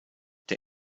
der